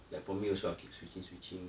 like for me also I keep switching switching